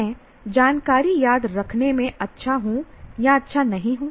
मैं जानकारी याद रखने में अच्छा अच्छा नहीं हूँ